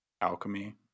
Alchemy